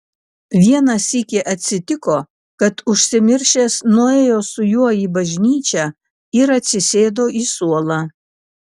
vieną sykį atsitiko kad užsimiršęs nuėjo su juo į bažnyčią ir atsisėdo į suolą